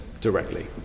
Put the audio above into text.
directly